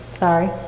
Sorry